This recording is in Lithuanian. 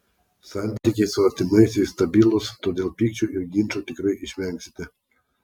santykiai su artimaisiais stabilūs todėl pykčių ir ginčų tikrai išvengsite